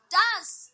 dance